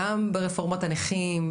גם ברפורמת הנכים,